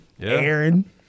Aaron